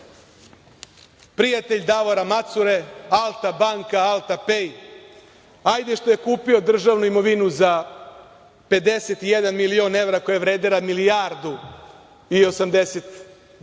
prijatelj Davora Macure, „Alta banka“, „Alta pej“, hajde što je kupio državnu imovinu za 51 milion evra, koja je vredela milijardu i 820 miliona